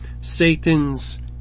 Satan's